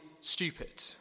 stupid